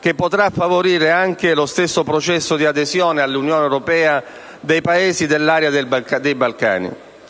che potrà favorire anche lo stesso processo di adesione all'Unione europea dei Paesi dell'area dei Balcani.